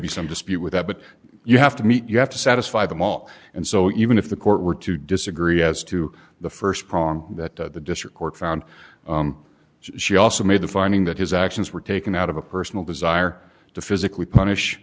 be some dispute with that but you have to meet you have to satisfy them all and so even if the court were to disagree as to the st prong that the district court found she also made the finding that his actions were taken out of a personal desire to physically punish